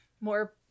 More